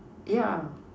yeah